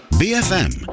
bfm